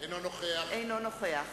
אינו נוכח